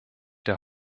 der